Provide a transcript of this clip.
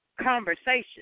conversation